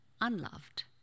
unloved